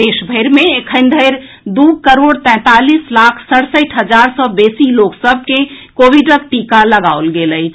देश भरि मे एखन धरि दू करोड़ तैंतालीस लाख सड़सठि हजार सॅ बेसी लोक सभ के कोविडक टीका लगाओल गेल अछि